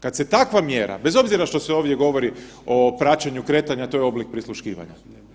Kada se takva mjera, bez obzira što se ovdje govori o praćenju kretanja to je oblik prisluškivanja.